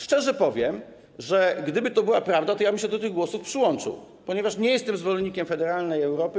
Szczerze powiem, że gdyby to była prawda, to ja bym się do tych głosów przyłączył, ponieważ nie jestem zwolennikiem federalnej Europy.